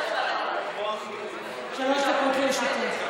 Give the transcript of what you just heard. שלוש דקות לרשותך.